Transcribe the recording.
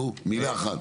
נו, מילה אחת.